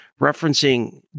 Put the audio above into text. referencing